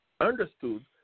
understood